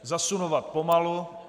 Zasunovat pomalu.